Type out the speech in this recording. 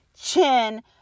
Chin